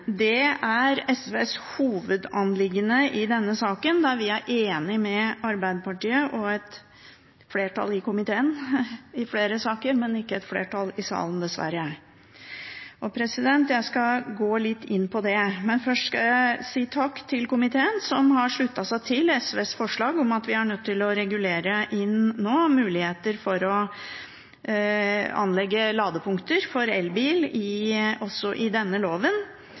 Det er SVs hovedanliggende i denne saken, der vi er enige med Arbeiderpartiet og et flertall i komiteen på flere punkter, men dessverre ikke et flertall i salen. Jeg skal gå litt inn på det, men først skal jeg si takk til komiteen, som har sluttet seg til SVs forslag om at vi også er nødt til å regulere inn muligheter for å anlegge ladepunkter for elbil i denne loven.